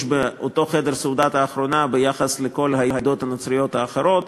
באותו חדר הסעודה האחרונה ביחס לכל העדות הנוצריות האחרות.